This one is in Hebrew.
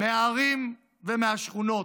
מהערים ומהשכונות,